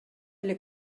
эле